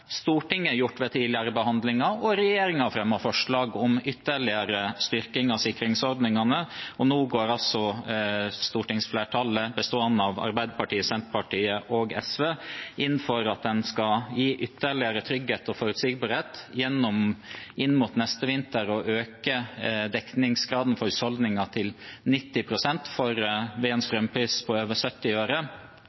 forslag om ytterligere styrking av sikringsordningene. Og nå går altså stortingsflertallet, bestående av Arbeiderpartiet, Senterpartiet og SV, inn for at en skal gi ytterligere trygghet og forutsigbarhet inn mot neste vinter og øke dekningsgraden for husholdninger til 90 pst. ved en strømpris på over 70 øre. En går også inn for